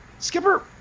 Skipper